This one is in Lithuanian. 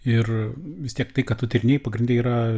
ir vis tiek tai ką tu tyrinėji pagrinde yra